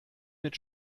mit